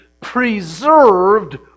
preserved